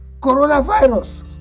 coronavirus